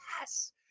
yes